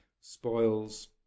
spoils